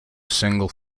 single